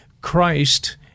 Christ